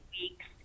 weeks